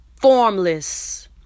formless